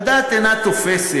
הדעת אינה תופסת